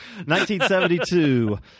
1972